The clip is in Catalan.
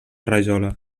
rajola